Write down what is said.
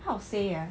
how to say ah